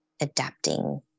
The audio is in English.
adapting